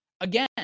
again